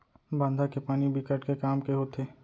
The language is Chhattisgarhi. बांधा के पानी बिकट के काम के होथे